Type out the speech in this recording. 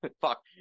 Fuck